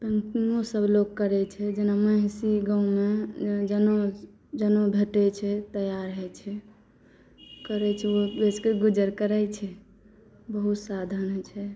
पेंटिंगो सभ लोक करै छै जेना महिषी गाँवमे जेना जेना भेटै छै तैयार होइ छै करै छै ओकरे से गुजर करै छै बहुत साधन छै